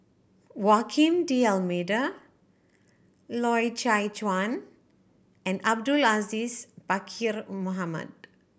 Woaquim D'Almeida Loy Chye Chuan and Abdul Aziz Pakkeer Mohamed